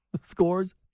scores